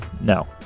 No